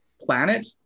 planet